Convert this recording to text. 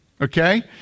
okay